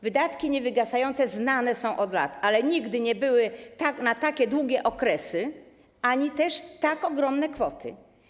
Wydatki niewygasające znane są od lat, ale nigdy nie były na takie długie okresy ani też tak ogromne kwoty.